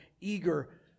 eager